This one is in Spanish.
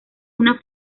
una